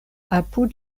apud